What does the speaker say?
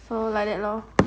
so like that lor